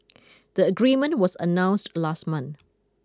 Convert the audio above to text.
the agreement was announced last month